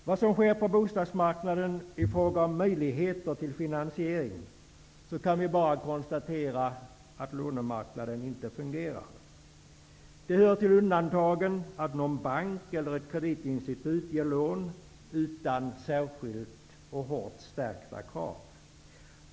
Om det som sker på bostadsmarknaden beträffande möjligheterna till finansiering kan vi bara konstatera att lånemarknaden inte fungerar. Det hör till undantagen att en bank eller ett kreditinstitut beviljar lån utan särskilda och hårt ställda krav.